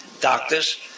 doctors